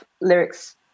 lyrics